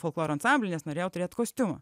folkloro ansamblį nes norėjau turėt kostiumą